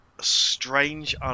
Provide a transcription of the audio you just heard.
strange